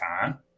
time